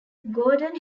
gordon